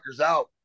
out